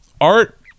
art